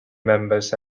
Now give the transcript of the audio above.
members